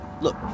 look